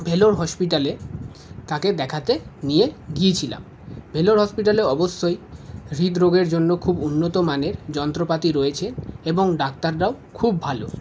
ভেলোর হসপিটালে তাকে দেখাতে নিয়ে গিয়েছিলাম ভেলোর হসপিটালে অবশ্যই হৃদরোগের জন্য খুব উন্নতমানের যন্ত্রপাতি রয়েছে এবং ডাক্তারাও খুব ভালো